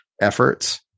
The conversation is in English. efforts